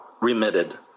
remitted